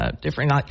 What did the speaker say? different, –